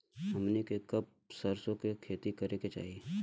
हमनी के कब सरसो क खेती करे के चाही?